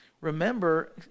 Remember